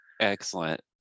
Excellent